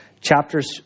Chapters